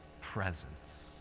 presence